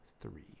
three